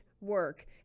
work